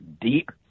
deep